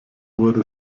wurde